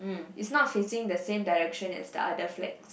is not facing the same direction as the other flags